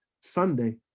Sunday